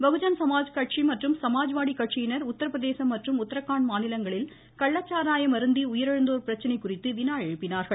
பகுஜன் சமாஜ்கட்சி மற்றும் சமாஜ்வாடி கட்சியினர் உத்திரப்பிரதேச மற்றும் உத்ரகாண்ட் மாநிலங்களில் கள்ளச்சாராயம் அருந்தி உயிரிழந்தோர் பிரச்சனை குறித்து வினா எழுப்பினார்கள்